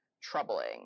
troubling